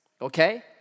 okay